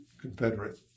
Confederate